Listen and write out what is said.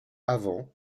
avant